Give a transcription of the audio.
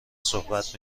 صحبت